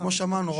כמו שאמרנו,